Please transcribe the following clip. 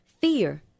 fear